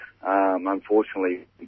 Unfortunately